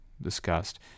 discussed